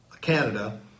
Canada